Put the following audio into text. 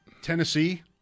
Tennessee